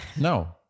No